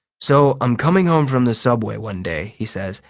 so i'm coming home from the subway one day, he says,